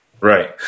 right